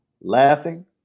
laughing